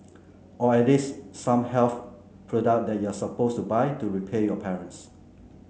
or at least some health product that you're supposed to buy to repay your parents